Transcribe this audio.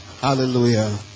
Hallelujah